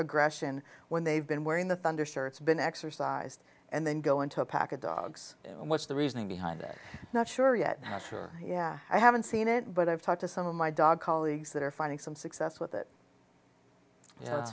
aggression when they've been wearing the thunder starts been exorcised and then go into a pack of dogs and what's the reasoning behind it not sure yet asher yeah i haven't seen it but i've talked to some of my dog colleagues that are finding some success with it y